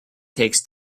takes